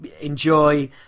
enjoy